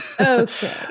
Okay